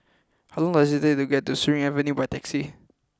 how long does it take to get to Surin Avenue by taxi